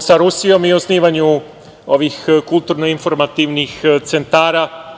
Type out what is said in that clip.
sa Rusijom i osnivanju ovih kulturno-informativnih centara.